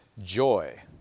joy